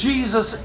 Jesus